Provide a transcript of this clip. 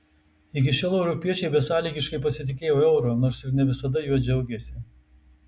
iki šiol europiečiai besąlygiškai pasitikėjo euru nors ir ne visada juo džiaugėsi